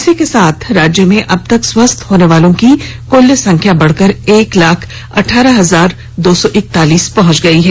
इसी के साथ राज्य में अब तक स्वस्थ होनेवालों की कुल संख्या बढ़कर एक लाख अठारह हजार दो सौ इकतालीस पहुंच गई है